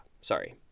sorry